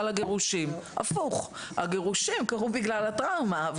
הגירושים; אבל זה הפוך: הגירושים קרו בגלל הטראומה,